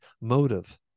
motive